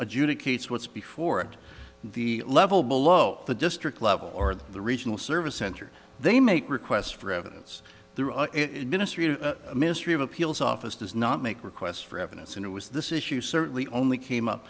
adjudicates what's before it the level below the district level or the regional service center they make requests for evidence through a ministry of ministry of appeals office does not make requests for evidence and it was this issue certainly only came up